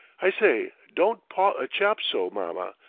i say, don't paw a chap so, mamma.